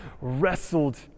wrestled